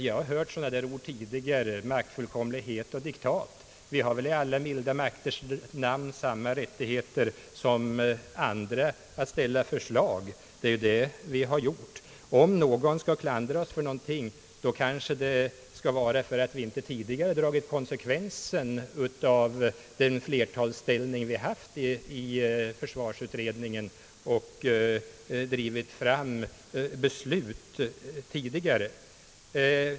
Jag har hört uttryck som maktfullkomlighet och diktat tidigare. Vi har väl i alla milda makters namn samma rättigheter som andra att ställa förslag. Det är ju det vi har gjort. Om vi skall klandras för någonting kanske det skulle vara för att vi inte tidigare har dragit konsekvensen av den flertalsställning vi haft i försvarsutredningen och drivit fram beslut tidigare.